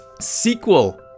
sequel